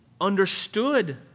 understood